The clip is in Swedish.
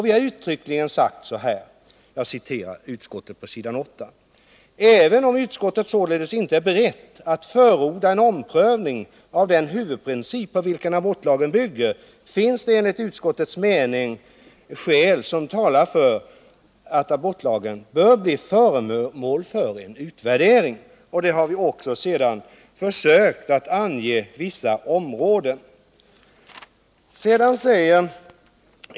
Vi har uttryckligen sagt så här — jag citerar ur betänkandet på s. 8: ”Även om utskottet således inte är berett att förorda en omprövning av den huvudprincip på vilken abortlagen bygger, finns det enligt utskottets mening skäl som talar för att abortlagen bör bli föremål för en utvärdering.” Vi har sedan också försökt ange vissa områden för denna utvärdering.